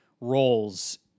roles